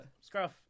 scruff